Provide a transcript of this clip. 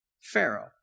Pharaoh